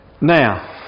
now